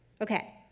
Okay